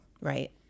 right